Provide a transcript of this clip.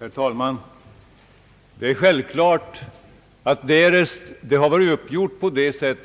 Herr talman! Det är självklart, att därest det hade varit så uppgjort,